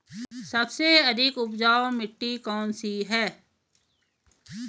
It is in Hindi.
सबसे अधिक उपजाऊ मिट्टी कौन सी है?